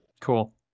Cool